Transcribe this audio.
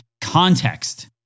context